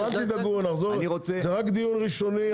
זה רק דיון ראשוני.